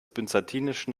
byzantinischen